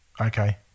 okay